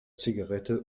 zigarette